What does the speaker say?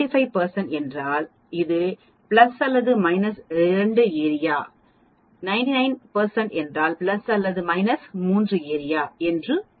95 என்றால் அது பிளஸ் அல்லது மைனஸ் 2 ஏரியா 99 என்றால் பிளஸ் அல்லது மைனஸ் 3 ஏரியா என்று பொருள்